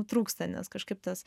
trūksta nes kažkaip tas